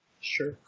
Sure